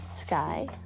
sky